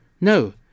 No